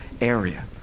area